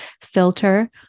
filter